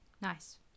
Nice